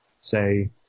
say